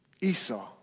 Esau